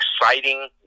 exciting